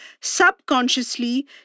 subconsciously